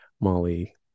molly